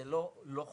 זה לא חורג.